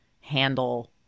handle